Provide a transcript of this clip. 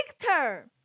Victor